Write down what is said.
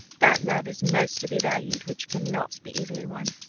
that love is most to be valued which cannot be easily won.